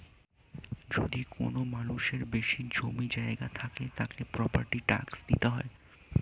যদি কোনো মানুষের বেশি জমি জায়গা থাকে, তাকে প্রপার্টি ট্যাক্স দিতে হয়